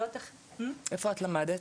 איפה את למדת?